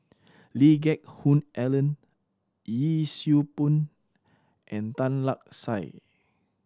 Lee Geck Hoon Ellen Yee Siew Pun and Tan Lark Sye